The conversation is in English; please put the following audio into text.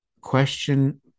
question